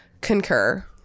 concur